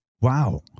Wow